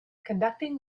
conducting